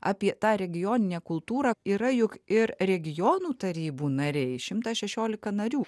apie tą regioninę kultūrą yra juk ir regionų tarybų nariai šimtas šešiolika narių